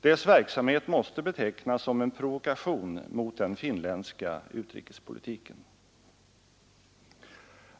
Dess verksamhet måste betecknas som en provokation mot den finländska utrikespolitiken.